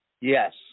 Yes